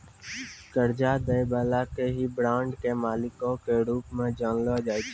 कर्जा दै बाला के ही बांड के मालिको के रूप मे जानलो जाय छै